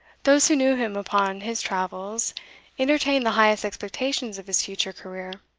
those who knew him upon his travels entertained the highest expectations of his future career.